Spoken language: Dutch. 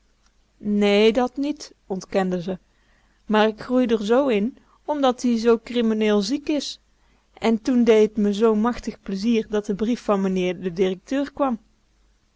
nee dat niet ontkende ze maar ik groei d'r zoo in omdat-ie zoo krimmeneel ziek is en toe dee t me zoo'n machtig plezier dat de brief van meneer de directeur kwam